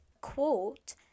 quote